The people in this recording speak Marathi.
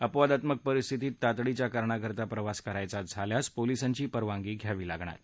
अपवादात्मक परिस्थितीत तातडीच्या कारणाकरता प्रवास करायचा झाल्यास पोलिसांची परवानगी घ्यावी लागणार आहे